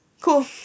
cool